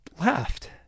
laughed